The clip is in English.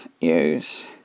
use